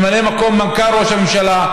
ממלא מקום מנכ"ל ראש הממשלה,